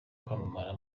kwamamara